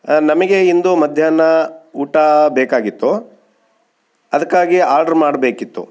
ನಮಗೆ ಇಂದು ಮಧ್ಯಾಹ್ನ ಊಟ ಬೇಕಾಗಿತ್ತು ಅದಕ್ಕಾಗಿ ಆರ್ಡ್ರು ಮಾಡಬೇಕಿತ್ತು